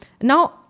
now